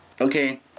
Okay